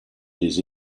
des